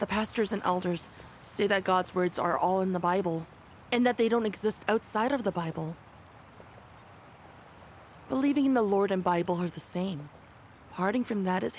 the pastors and elders say that god's words are all in the bible and that they don't exist outside of the bible believing in the lord in bible has the same parting from that i